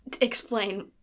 explain